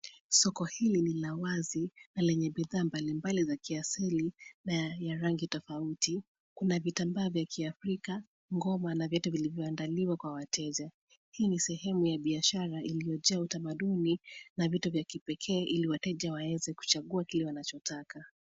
Soko hili ni la wazi na lenye bidhaa mbalimbali za kiasili na ya rangi tofauti kuna vitambaa vya kiafrika, ngoma na vyote vilivyoandaliwa kwa wateja. Hii ni sehemu ya biashara iliyojea utamaduni na vitu vya kipekee ili wateja waweze kuchagua kile wanachotaka.